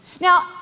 now